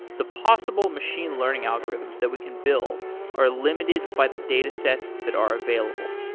the possible machine learning algorithms that we can build are limited by the datasets that are available.